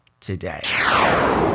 today